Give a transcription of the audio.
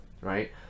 right